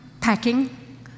packing